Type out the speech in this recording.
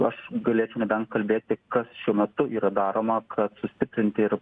aš galėčiau nebent kalbėti kas šiuo metu yra daroma kad sustiprinti ir